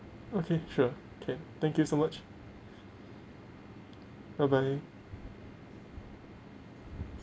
okay sure can thank you so much bye bye